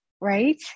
right